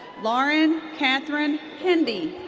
lauren catherine hendy.